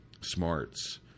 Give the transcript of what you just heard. smarts